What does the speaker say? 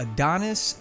Adonis